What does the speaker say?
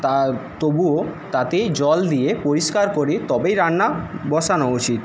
তা তবুও তাতেই জল দিয়ে পরিষ্কার করে তবেই রান্না বসানো উচিত